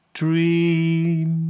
dream